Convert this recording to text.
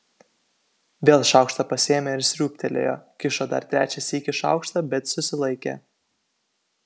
vėl šaukštą pasiėmė ir sriūbtelėjo kišo dar trečią sykį šaukštą bet susilaikė